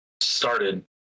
started